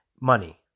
money